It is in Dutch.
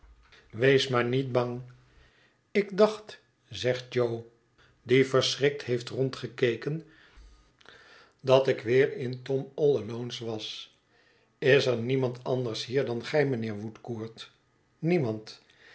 wees maar niet bang ik dacht zegt jo die verschrikt heeft rondgekeken dat ik weer in ïomall alones was is er niemand anders hier dan gij mijnheer woodcourt niemand